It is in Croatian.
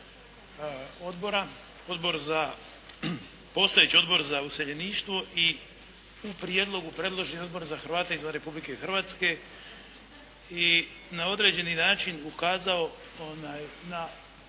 dva odbora, postojeći Odbor za useljeništvo i u prijedlogu predloženi Odbor za Hrvate izvan Republike Hrvatske i na određeni način ukazao na